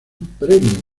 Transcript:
premio